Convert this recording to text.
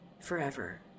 forever